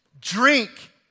drink